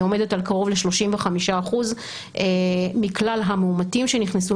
היא עומדת על קרוב ל-35% מכלל המאומתים שנכנסו